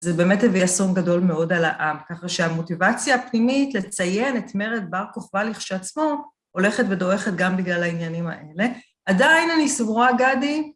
זה באמת הביא אסון גדול מאוד על העם, ככה שהמוטיבציה הפנימית לציין את מרד בר כוכבא לכשעצמו הולכת ודועכת גם בגלל העניינים האלה. עדיין אני סבורה, גדי